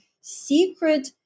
secret